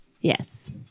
Yes